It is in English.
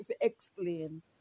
explain